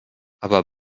aber